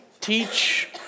teach